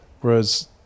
Whereas